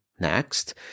next